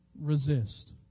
resist